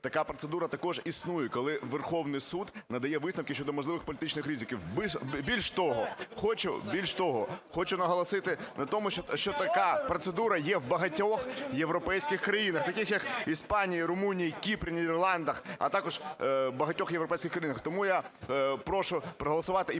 така процедура також існує, коли Верховний Суд надає висновки щодо можливих політичних ризиків. Більш того, хочу наголосити на тому, що така процедура є в багатьох європейських країнах, таких як Іспанія, Румунія, Кіпр, у Нідерландах, а також у багатьох європейських країнах. Тому я прошу проголосувати і